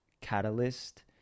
catalyst